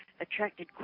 attracted